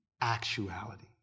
actuality